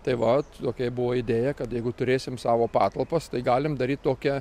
tai vat tokia buvo idėja kad jeigu turėsim savo patalpas tai galim daryti tokią